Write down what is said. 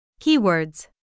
Keywords